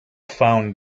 found